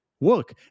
work